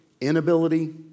inability